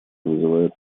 вызывает